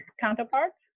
counterparts